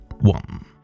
one